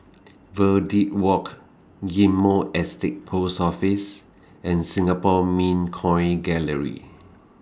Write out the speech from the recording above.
Verde Walk Ghim Moh Estate Post Office and Singapore Mint Coin Gallery